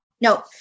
No